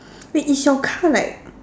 wait is your car like